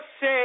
say